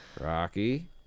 Rocky